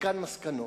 מכאן מסקנות: